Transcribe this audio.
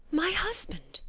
my husband!